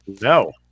No